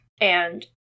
and-